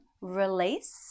release